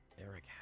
Eric